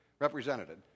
representative